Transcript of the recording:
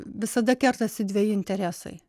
visada kertasi dveji interesai